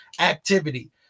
activity